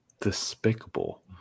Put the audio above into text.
despicable